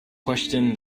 questioned